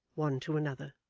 one to another.